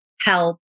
help